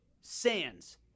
Sands